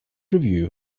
review